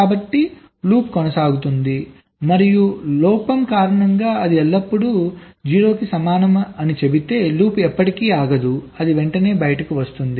కాబట్టి లూప్ కొనసాగుతుంది మరియు లోపం కారణంగా అది ఎల్లప్పుడూ 0 కి సమానం అని చెబితే లూప్ ఎప్పటికీ ఆగదు అది వెంటనే బయటకు వస్తుంది